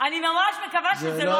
אני ממש מקווה שזה לא,